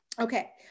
Okay